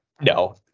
No